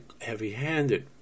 heavy-handed